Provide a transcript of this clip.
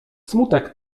smutek